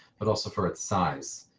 but also for its size.